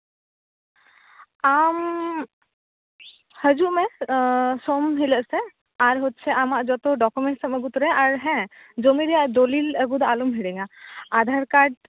ᱟᱢ ᱦᱟᱹᱡᱩᱜ ᱢᱮ ᱥᱳᱢ ᱦᱤᱞᱳᱜ ᱥᱮᱫ ᱟᱨ ᱦᱚᱪᱪᱷᱮ ᱟᱢᱟᱜ ᱡᱚᱛᱚ ᱰᱚᱠᱩᱢᱮᱱᱥᱮᱢ ᱟᱹᱜᱩ ᱛᱟᱨᱟᱭᱟ ᱟᱨ ᱦᱮᱸ ᱡᱚᱢᱤ ᱨᱮᱭᱟᱜ ᱫᱚᱞᱤᱞ ᱟᱜᱩ ᱫᱚ ᱟᱞᱚᱢ ᱦᱤᱲᱤᱧᱟ ᱟᱫᱷᱟᱨ ᱠᱟᱨᱰ